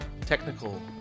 technical